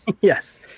yes